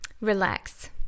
Relax